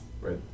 Right